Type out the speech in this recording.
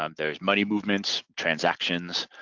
um there's money movements, transactions,